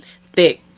Thick